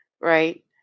right